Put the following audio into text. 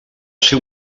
ser